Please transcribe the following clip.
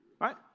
Right